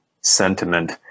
sentiment